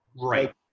right